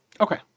Okay